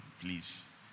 Please